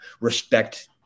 respect